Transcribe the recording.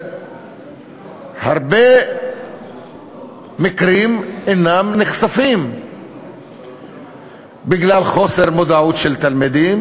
הרבה מקרים אינם נחשפים בגלל חוסר מודעות של תלמידים,